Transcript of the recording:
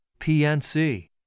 PNC